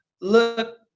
look